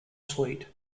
suite